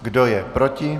Kdo je proti?